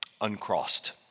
uncrossed